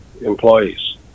employees